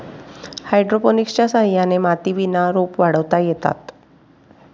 हायड्रोपोनिक्सच्या सहाय्याने मातीविना रोपं वाढवता येतात